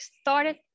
started